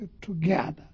together